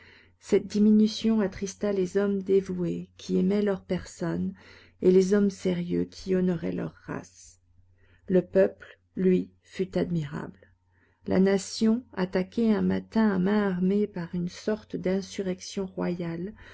cette diminution attrista les hommes dévoués qui aimaient leurs personnes et les hommes sérieux qui honoraient leur race le peuple lui fut admirable la nation attaquée un matin à main armée par une sorte d'insurrection royale